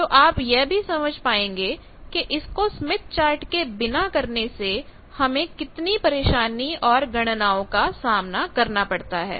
तो अब आप यह भी समझ पाएंगे कि इसको स्मिथ चार्ट के बिना करने से हमें कितनी सारी परेशानी औरगणनाओं का सामना करना पड़ता है